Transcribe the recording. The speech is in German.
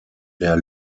der